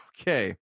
Okay